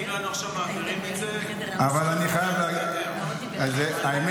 כי אם לא היינו מעבירים את זה עד עכשיו --- האמת,